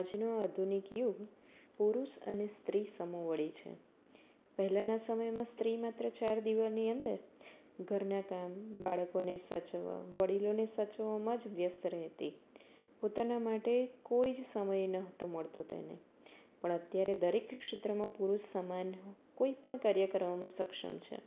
આજનો આધુનિક યુગ પુરુષ અને સ્ત્રી સમોવાડી છે પહેલાંના સમયમાં સ્ત્રી માત્ર ચાર દિવાલની અંદર ઘરના કામ બાળકોને સાચવવાના વડીલોને સાચવવામાં જ વ્યસ્ત રહેતી હતી પોતાના માટે કોઈ જ સમય ન હતો મળતો હતો એને પણ અત્યારે દરેક ક્ષેત્રમાં પુરુષ સમાન કોઈ પણ કાર્ય કરવામાં સક્ષમ છે